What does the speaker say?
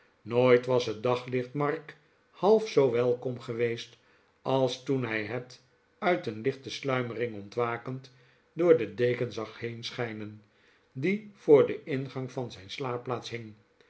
nooit was het daglicht mark half zoo welkom geweest als toen hij het uit een lichte sluimering ontwakend door de deken zag heenschijnen die voor den ingang van zijn slaapplaats hing